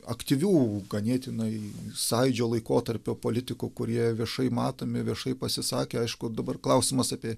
aktyvių ganėtinai sąjūdžio laikotarpio politikų kurie viešai matomi viešai pasisakę aišku dabar klausimas apie